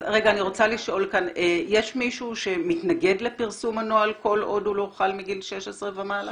יש מישהו שמתנגד לפרסום הנוהל כל עוד הוא לא חל מגיל 16 ומעלה?